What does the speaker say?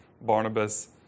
Barnabas